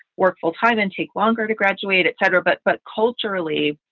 work full time and take longer to graduate, etc. but but culturally.